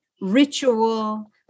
ritual